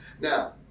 Now